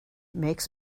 makes